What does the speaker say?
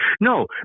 No